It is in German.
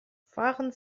fahren